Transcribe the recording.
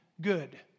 good